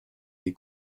les